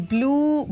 Blue